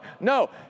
No